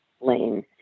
lane